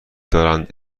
دارند